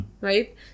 right